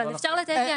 אבל אפשר לתת לי?